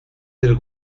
del